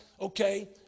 Okay